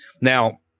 Now